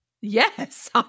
Yes